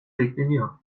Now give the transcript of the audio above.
bekleniyor